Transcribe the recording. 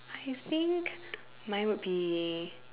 I think mine would be